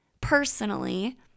personally